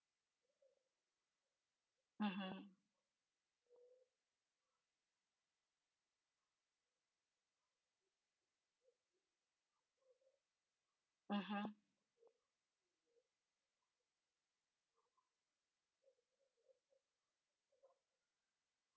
mmhmm mmhmm